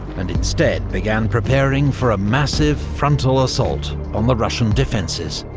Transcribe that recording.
and instead began preparing for a massive frontal assault on the russian defences.